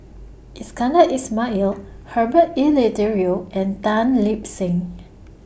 Iskandar Ismail Herbert Eleuterio and Tan Lip Seng